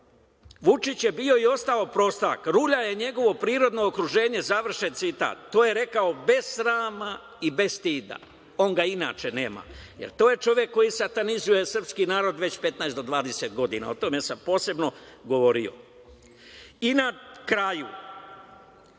„Vučić je bio i ostao prostak. Rulja je njegovo prirodno okruženje“, završen citat. To je rekao bez srama i bez stida. On ga, inače, nema, jer to je čovek koji satanizuje srpski narod već 15 do 20 godina. O tome sam posebno govorio. Na kraju,